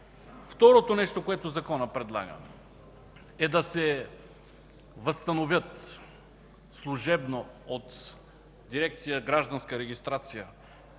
Второто нещо, което предлага Законът, е да се възстановят служебно от Дирекция „Гражданска регистрация”